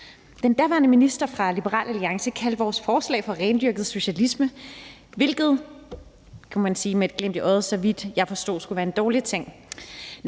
Den daværende minister fra Liberal Alliance kaldte vores forslag for rendyrket socialisme, hvilket skulle være, så vidt jeg forstod – kan man sige